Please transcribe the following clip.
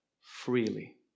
freely